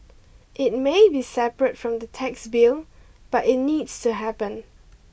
it may be separate from the tax bill but it needs to happen